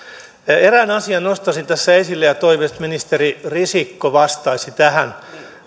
erään asian nostaisin tässä esille ja toivoisin että ministeri risikko vastaisi tähän